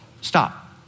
stop